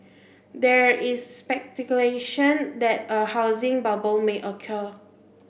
there is speculation that a housing bubble may occur